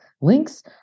links